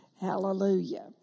Hallelujah